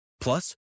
Plus